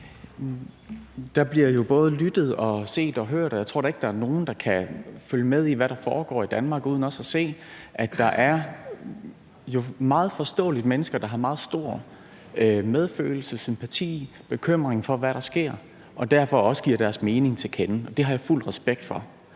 Der bliver jo både lyttet og set og hørt, og jeg tror da ikke, at der er nogen, der kan følge med i, hvad der foregår i Danmark, uden også at se, at der jo er mennesker, der meget forståeligt har stor medfølelse og sympati og bekymring for, hvad der sker, og derfor også giver deres mening til kende. Det har jeg fuld respekt for.